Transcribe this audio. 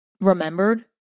remembered